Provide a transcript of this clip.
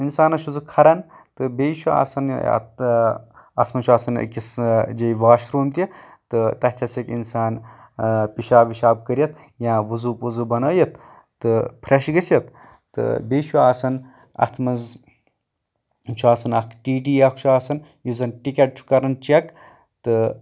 اِنسانَس چھُ سُہ کھران تہٕ بیٚیہِ چھُ آسان اَتھ اَتھ منٛز آسان أکِس یہِ واشروم تہِ تَتھٮ۪س ہیٚکہِ اِنسان پِشاب وِشاب کٔرِتھ یا وُزو پُزو بَنٲوِتھ تہٕ فریش گٔژھتھ تہٕ بیٚیہِ چھُ آسان اَتھ منٛز چھُ آسان اکھ ٹی ٹی اکھ چھُ آسان یُس زن ٹکٹ چھُ کران چیک تہٕ